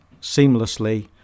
seamlessly